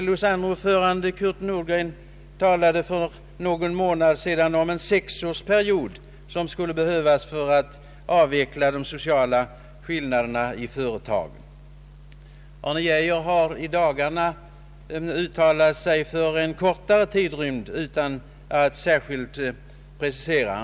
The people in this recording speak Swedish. LO:s andre ordförande, Kurt Nordgren, talade för någon månad sedan om en sexårsperiod som skulle behövas för att avveckla de sociala olikheterna inom företagen. Arne Geijer har i dagarna uttalat sig för en kortare tidrymd utan att särskilt precisera den.